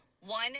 One